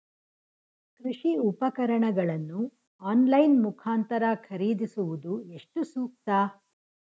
ಕೃಷಿ ಉಪಕರಣಗಳನ್ನು ಆನ್ಲೈನ್ ಮುಖಾಂತರ ಖರೀದಿಸುವುದು ಎಷ್ಟು ಸೂಕ್ತ?